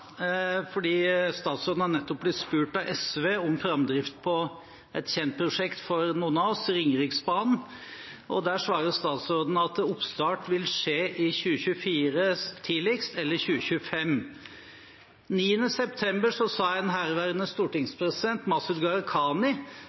Statsråden er nettopp blitt spurt av SV om framdriften på et kjent prosjekt for noen av oss, Ringeriksbanen. Der svarer statsråden at oppstart vil skje i 2024 – tidligst – eller i 2025. Den 9. september sa en herværende stortingspresident, Masud Gharahkhani: